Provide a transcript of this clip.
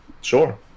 Sure